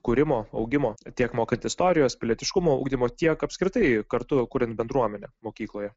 kūrimo augimo tiek mokant istorijos pilietiškumo ugdymo tiek apskritai kartu kuriant bendruomenę mokykloje